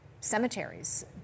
cemeteries